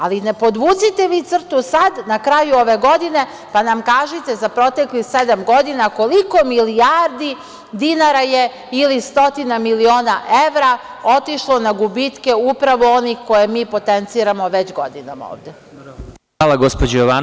Ali, podvucite vi crtu sad na kraju ove godine, pa nam kažite za proteklih sedam godina koliko milijardi dinara ili stotina miliona evra je otišlo na gubitke upravo onih koje mi potenciramo već godinama ovde.